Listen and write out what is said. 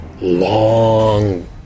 long